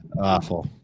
awful